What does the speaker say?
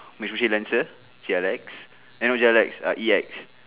Mitsubishi Lancer T R X eh no G R X ah E X